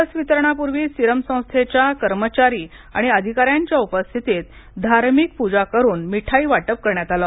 लस वितरणापूर्वी सीरम संस्थेच्या कर्मचारी आणि अधिकाऱ्यांच्या उपस्थितीत धार्मिक पूजा करून मिठाई वाटप करण्यात आलं